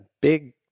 big